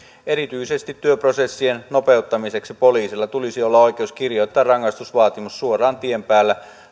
erityisesti työprosessien nopeuttamiseksi poliisilla tulisi olla oikeus kirjoittaa rangaistusvaatimus suoraan tien päällä